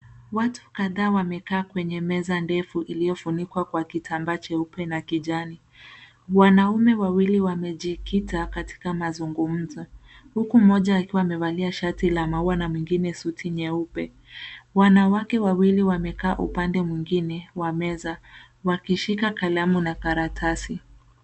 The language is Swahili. Watu kadhaa wamekaa kwenye meza ndefu iliyofunikwa kwa kitamba cheupe na kijani. Wanaume wawili wamejikita katika mazungumzo, huku mmoja akiwa amevalia shati la maua na mwingine suti nyeupe. Wanawake wawili wamekaa upande mwingine wa meza wakishika kalamu na karatasi.